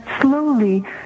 slowly